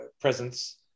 presence